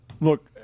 look